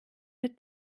der